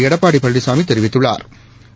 எடப்பாடி பழனிளமி தெரிவித்துள்ளாா்